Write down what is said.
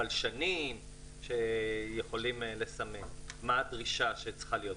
בלשנים שיכולים לסמן מה הדרישה שצריכה להיות,